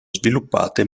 sviluppate